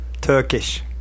Turkish